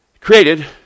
created